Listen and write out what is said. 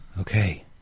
Okay